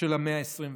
של המאה ה-21.